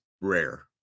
rare